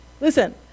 Listen